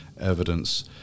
evidence